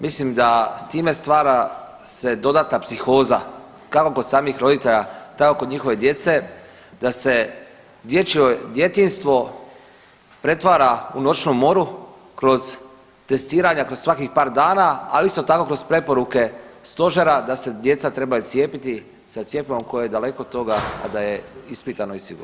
Mislim da s time stvara se dodatna psihoza kako kod samih roditelja tako kod njihove djece da se dječjoj, djetinjstvo pretvara u noćnu moru kroz testiranja kroz svakih par dana ali isto tako kroz preporuke stožera da se djeca trebaju cijepiti sa cjepivom koje je daleko od toga a da je ispitano i sigurno.